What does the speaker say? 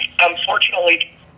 unfortunately